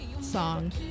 song